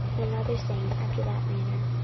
and another saying after that manner.